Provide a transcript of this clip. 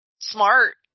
Smart